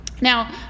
Now